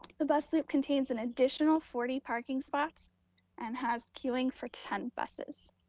the best loop contains an additional forty parking spots and has queuing for ten buses.